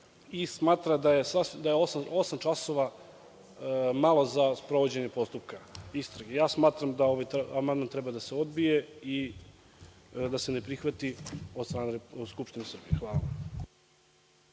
i smatra da je osam časova malo za sprovođenje postupka istrage. Smatram da amandman treba da se odbije i da se ne prihvati od strane Skupštine Srbije. Hvala.